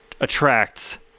attracts